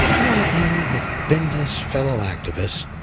i want to end with binda's fellow activist,